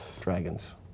Dragons